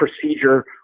procedure